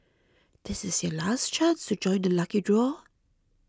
this is your last chance to join the lucky draw